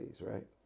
right